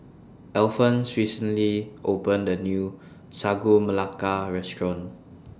Alphons recently opened A New Sagu Melaka Restaurant